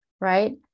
right